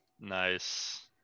nice